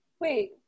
wait